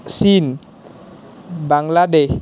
চীন বাংলাদেশ